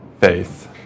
faith